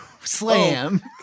Slam